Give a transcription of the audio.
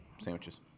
sandwiches